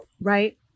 Right